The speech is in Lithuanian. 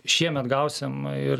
šiemet gausim ir